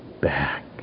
back